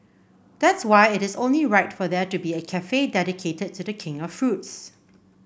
that's why it is only right for there to be a cafe dedicated to the king of fruits